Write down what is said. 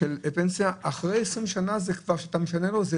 של פנסיה ואחרי 20 שנים אתה משנה לו את זה,